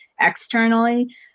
externally